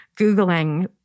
Googling